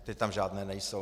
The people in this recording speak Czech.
Teď tam žádné nejsou.